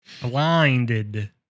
blinded